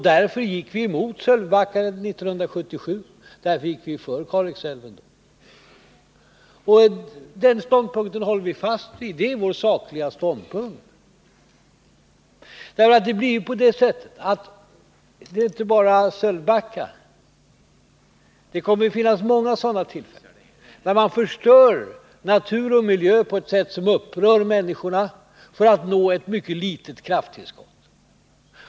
Därför gick vi emot Sölvbackaströmmarna 1977, därför var vi för Kalixälven. Den ståndpunkten håller vi fast vid. Det är vår sakliga ståndpunkt. Det är på det sättet att det inte bara gäller Sölvbackaströmmarna. Det kommer att finnas många sådana tillfällen när man förstör natur och miljö på ett sätt som upprör människorna för att nå ett mycket litet krafttillskott.